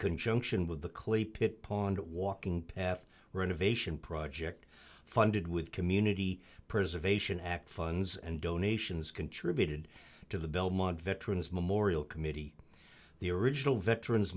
conjunction with the clay pit pond walking path renovation project funded with community preservation act funds and donations contributed to the belmont veterans memorial committee the original veterans